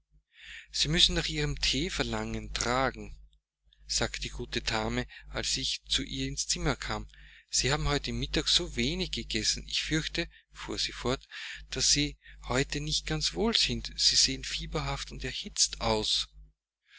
sie müssen nach ihrem thee verlangen tragen sagte die gute dame als ich zu ihr ins zimmer kam sie haben heute mittag so wenig gegessen ich fürchte fuhr sie fort daß sie heute nicht ganz wohl sind sie sehen fieberhaft und erhitzt aus